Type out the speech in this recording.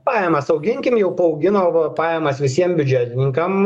pajamas auginkim jau paaugino va pajamas visiem biudžetininkam